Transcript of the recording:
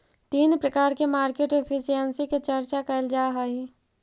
तीन प्रकार के मार्केट एफिशिएंसी के चर्चा कैल जा हई